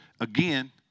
Again